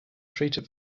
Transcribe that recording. treated